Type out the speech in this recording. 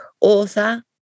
author